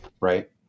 right